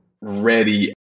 ready